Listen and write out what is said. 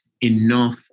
enough